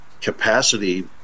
capacity